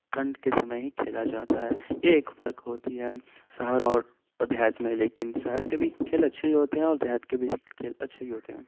ٹھنڈ کے سمے ہی کھیلا جاتا ہے یہ ایک فرق ہوتی ہے شہر اور اور دیہات میں لیکن شہر کے بھی کھیل اچھے ہی ہوتے ہیں اور دیہات کے بھی کھیل اچھے ہی ہوتے ہیں